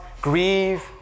grieve